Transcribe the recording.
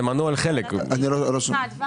הייתי ביחד עם אדוה